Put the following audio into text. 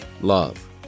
love